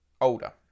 older